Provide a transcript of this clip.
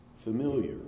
Familiar